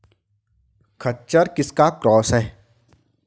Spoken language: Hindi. खच्चर किसका क्रास है?